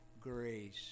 grace